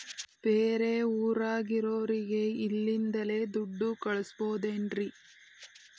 ಬೇರೆ ಊರಾಗಿರೋರಿಗೆ ಇಲ್ಲಿಂದಲೇ ದುಡ್ಡು ಕಳಿಸ್ಬೋದೇನ್ರಿ?